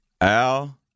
Al